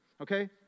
okay